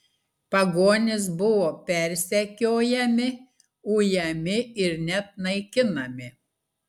pagonys buvo persekiojami ujami ir net naikinami